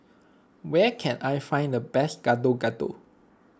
where can I find the best Gado Gado